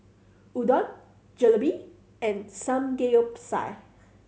Udon Jalebi and Samgeyopsal